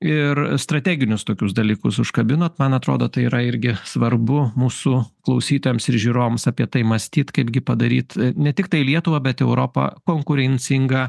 ir strateginius tokius dalykus užkabinot man atrodo tai yra irgi svarbu mūsų klausytojams ir žiūrovams apie tai mąstyt kaipgi padaryt ne tiktai lietuvą bet europą konkurencingą